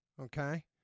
Okay